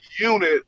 unit